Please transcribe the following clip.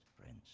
friends